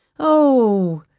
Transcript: oh,